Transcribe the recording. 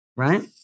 right